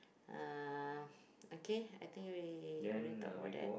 uh okay I think we already talk about that